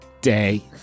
Day